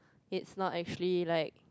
it's not actually like